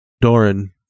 Doran